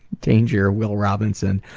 danger, will robinson.